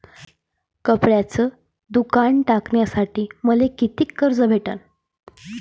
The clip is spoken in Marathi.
कपड्याचं दुकान टाकासाठी मले कितीक कर्ज भेटन?